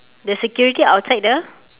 the security outside the